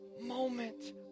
moment